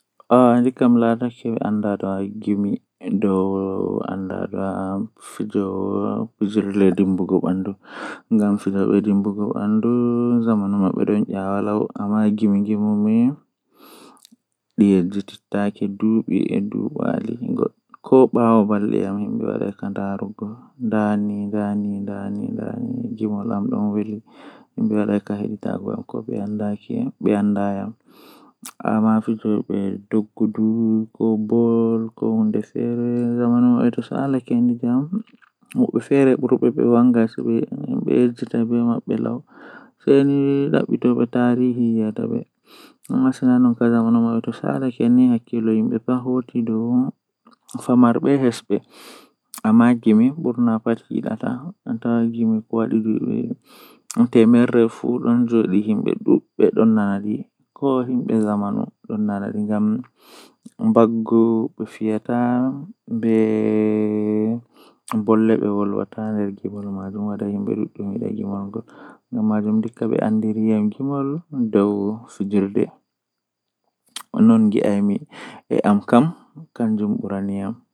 Ndikkinami mi jooda haa nder suudu be hundeeji boima heba mi nana ko be nanata wakkati mabbe wakkati bedon joodi haa nder maajum, Amma haa dow hoosere mi anda dabbaaji toi woni ton wawan hunde feere wurta nawna mi malla hulnami.